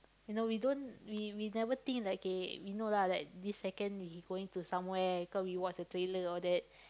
you know we don't we we never think like K we know lah like this second he going to somewhere cause we watch the trailer all that